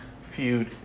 feud